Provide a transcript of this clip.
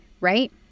right